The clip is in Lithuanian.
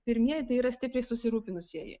pirmieji yra stipriai susirūpinusieji